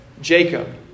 Jacob